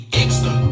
extra